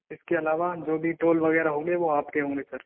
इसके अलावा जो भी टोल वगैरह होंगे वो आपके होंगे सर